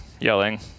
yelling